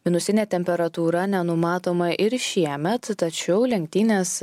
minusinė temperatūra nenumatoma ir šiemet tačiau lenktynės